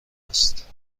است